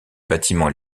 bâtiments